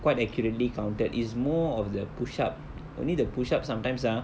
quite accurately counted is more of the push up only the push up sometimes ah